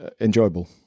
enjoyable